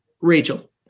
Rachel